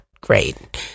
great